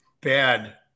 bad